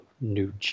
New